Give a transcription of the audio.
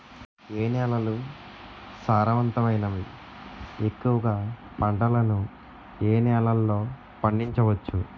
ఏ నేలలు సారవంతమైనవి? ఎక్కువ గా పంటలను ఏ నేలల్లో పండించ వచ్చు?